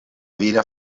vira